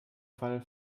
fall